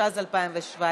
התשע"ז 2017,